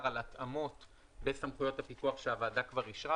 על התאמות בסמכויות הפיקוח שהוועדה כבר אישרה,